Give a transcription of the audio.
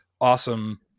awesome